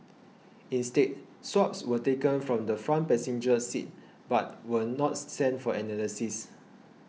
instead swabs were taken from the front passenger seat but were not sent for analysis